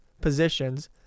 positions